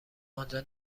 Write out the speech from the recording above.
آنجا